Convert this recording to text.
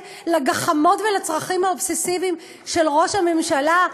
לגחמות ולצרכים האובססיביים של ראש הממשלה.